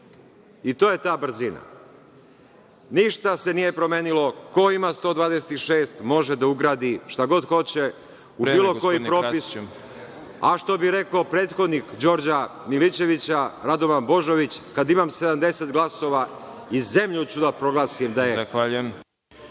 To je ta brzina. Ništa se nije promenilo. Ko ima 126 može da ugradi šta god hoće u bilo koji propis, a što bi rekao prethodnik Đorđa Milićevića, Radovan Božović, kada imam 70 glasova i zemlju ću da proglasim…